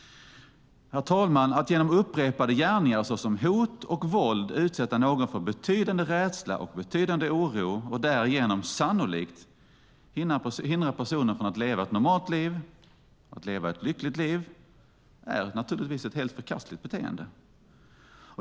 Att genom upprepade gärningar genom hot och våld utsätta någon för betydande rädsla och betydande oro och därigenom sannolikt hindra personer från att leva ett normalt och lyckligt liv är ett helt förkastligt beteende.